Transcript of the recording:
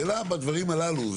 השאלה בדברים הללו.